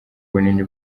ubunini